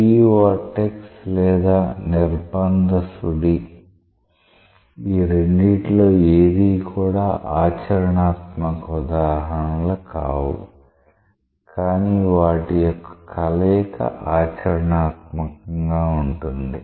free vortex లేదా నిర్బంధ సుడి ఈ రెండిట్లో ఏదీ కూడా ఆచరణాత్మక ఉదాహరణలు కావు కానీ వాటి యొక్క కలయిక ఆచరణాత్మకంగా ఉంటుంది